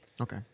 Okay